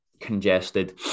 congested